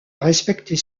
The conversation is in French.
respecter